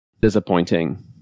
Disappointing